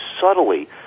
subtly